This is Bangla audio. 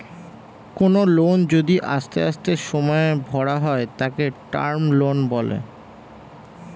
কোনো লোন যদি আস্তে আস্তে সময়ে ভরা হয় তাকে টার্ম লোন বলে